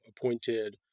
appointed